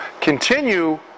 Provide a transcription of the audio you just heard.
continue